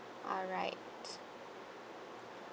alright